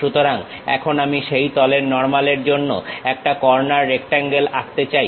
সুতরাং এখন আমি সেই তলের নর্মালের জন্য একটা কর্নার রেক্টাঙ্গেল আঁকতে চাই